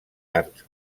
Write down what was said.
arcs